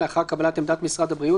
לאחר קבלת עמדת משרד הבריאות,